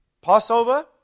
Passover